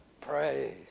Praise